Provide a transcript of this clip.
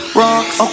rocks